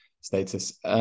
status